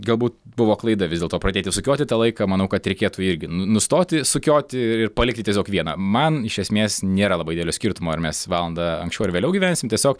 galbūt buvo klaida vis dėlto pradėti sukioti tą laiką manau kad reikėtų irgi nustoti sukioti ir palikti tiesiog vieną man iš esmės nėra labai didelio skirtumo ar mes valandą anksčiau ar vėliau gyvensim tiesiog